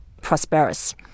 prosperous